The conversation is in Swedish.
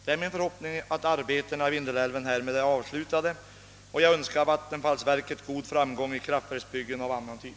Det är min förhoppning att arbetena med Vindelälven härmed är avslutade, och jag önskar vattenfallsverket god framgång med kraftverksbyggen av an nan typ.